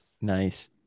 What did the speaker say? Nice